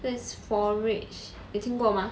forage 有听过吗